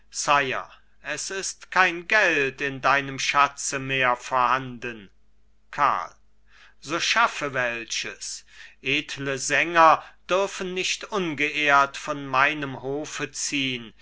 es ist kein geld in deinem schatze mehr vorhanden karl so schaffe welches edle sänger dürfen nicht ungeehrt von meinem hofe ziehn